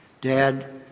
Dad